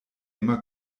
immer